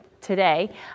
today